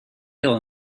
fill